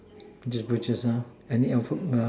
get purchase ah any alphab~ uh